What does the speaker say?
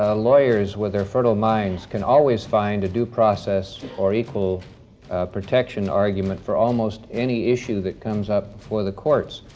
ah lawyers with their fertile minds can always find a due process or equal protection argument for almost any issue that comes up before the courts.